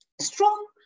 strong